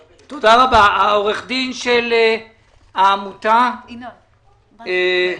שיש בו לכאורה איזו שהיא מידה של אי עמידה בהוראות הדין.